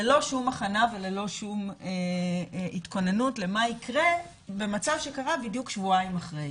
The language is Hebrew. ללא שום הכנה וללא שום התכוננות למה יקרה במצב שקרה בדיוק שבועיים אחרי.